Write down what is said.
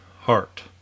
heart